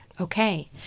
Okay